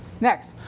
Next